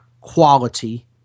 quality